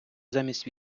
замість